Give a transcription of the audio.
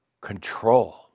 control